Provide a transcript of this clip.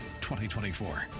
2024